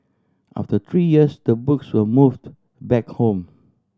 after three years the books were moved back home